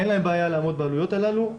אין להם בעיה לעמוד בעלויות הללו,